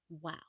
Wow